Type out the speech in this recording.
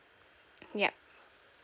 yup